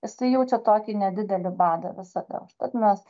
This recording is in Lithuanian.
jisai jaučia tokį nedidelį badą visada užtat mes